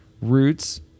roots